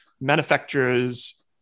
manufacturers